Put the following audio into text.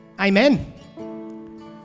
Amen